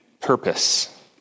purpose